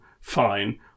fine